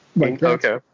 Okay